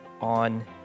on